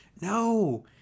No